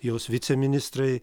jos viceministrai